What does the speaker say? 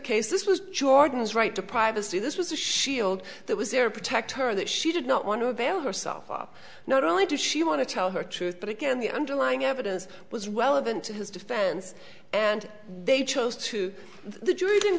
this was jordan's right to privacy this was a shield that was there protect her that she did not want to avail herself of not only did she want to tell her truth but again the underlying evidence was relevant to his defense and they chose to the jury didn't